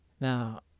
Now